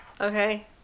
Okay